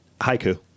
Haiku